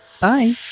Bye